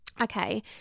Okay